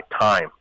time